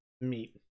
meat